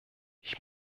ich